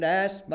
ask